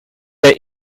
der